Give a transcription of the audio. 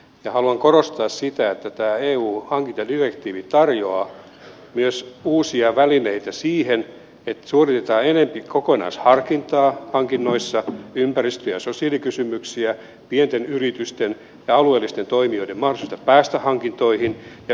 ja haluan korostaa sitä että tämä eu hankintadirektiivi tarjoaa myös uusia välineitä siihen että suoritetaan enempi kokonaisharkintaa hankinnoissa selvitetään ympäristö ja sosiaalikysymyksiä pienten yritysten ja alueellisten toimijoiden mahdollisuutta päästä hankintoihin ja yksinkertaistetaan käytäntöä